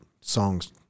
songs